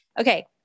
Okay